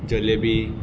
jalebi